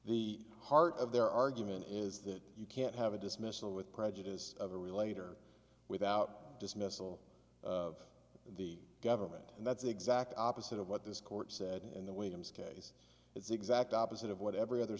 the heart of their argument is that you can't have a dismissal with prejudice of a relator without dismissal of the government and that's the exact opposite of what this court said and the way tim's case it's the exact opposite of what every other